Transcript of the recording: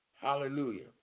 Hallelujah